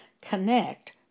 connect